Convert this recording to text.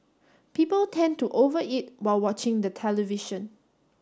people tend to over eat while watching the television